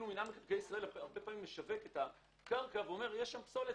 הרבה פעמים מינהל מקרקעי ישראל משווק את הקרקע: יש שם פסולת,